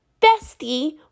bestie